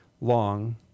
long